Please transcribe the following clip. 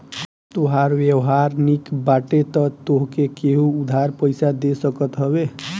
तोहार व्यवहार निक बाटे तअ तोहके केहु उधार पईसा दे सकत हवे